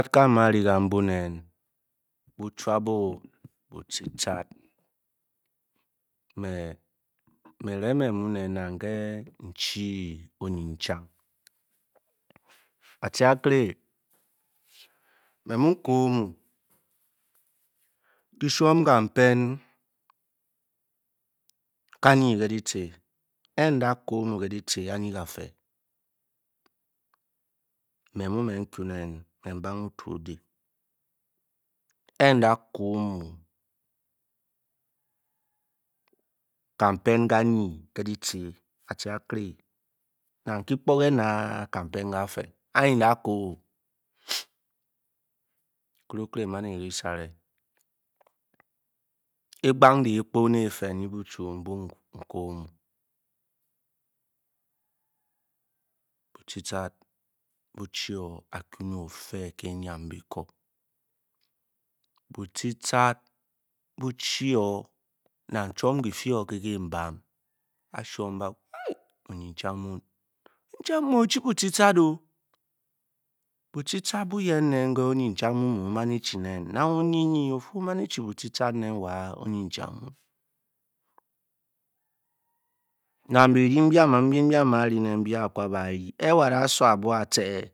Ká aima ri ken mun nyn bu buchampang bucicat me evinge me mu nen nang ké n-chi onyin chang, acik avere me mú kóó ornlu kyi shwom ka pén kang éé ke dyici, ke'nda kóó mé mu me nkú nén mé nbange otu odey e-da kóó omu kápen kanyee ke dyici ke, kyi kpoke, kan pén káfee anyn nda'koo, nkwe-okere n nán eri-sara e-gkpang diikou ne ete nyi bustu bwo n-kóó omu, bucicat bu-chi a'ku ne ófé ke enyme biko, bucicat bu-chi nang chwom kifi ke kii bam achuom bafu, onyim chang muue mi o-chi sucicat-o nang onyi ofi oma eji bucicat nen wa onyn chang man nang byrying ke a ku bargi ke a'da soo a'bwo aka